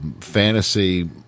fantasy